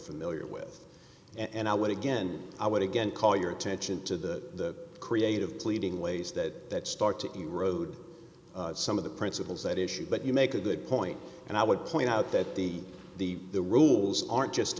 familiar with and i would again i would again call your attention to the creative pleading ways that start to erode some of the principles that issue but you make a good point and i would point out that the the the rules aren't just